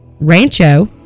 Rancho